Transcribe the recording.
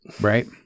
Right